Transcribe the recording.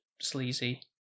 sleazy